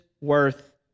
worth